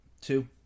two